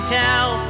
tell